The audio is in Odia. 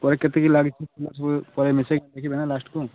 ପରେ କେତିକି ଲାଗିଛି ପରେ ମିଶେଇକି ଦେଖିବା ନା ଲାଷ୍ଟ୍କୁ